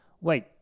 Wait